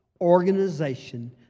organization